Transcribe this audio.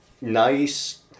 nice